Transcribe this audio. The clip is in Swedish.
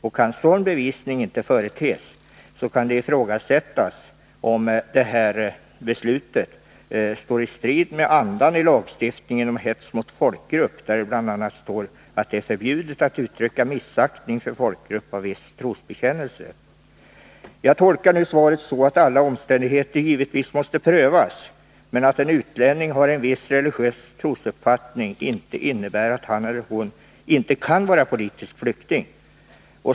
Om sådana bevis inte kan företes, kan det ifrågasättas om inte besluten står i strid med andan i lagstiftningen om hets mot folkgrupp. Där sägs bl.a. att det är förbjudet att uttrycka missaktning för folkgrupp av viss trosbekännelse. ” Jag tolkar nu svaret så, att alla omständigheter givetvis måste prövas, men att det faktum att en utlänning har en viss religiös trosuppfattning inte innebär att han eller hon inte kan vara politisk flykting.